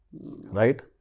Right